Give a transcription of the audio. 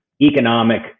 economic